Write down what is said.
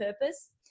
purpose